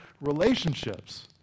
relationships